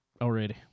already